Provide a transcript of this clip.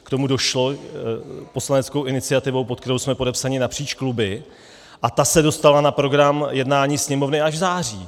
K tomu došlo poslaneckou iniciativou, pod kterou jsme podepsáni napříč kluby, a ta se dostala na program jednání Sněmovny až v září.